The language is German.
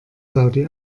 saudi